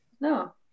No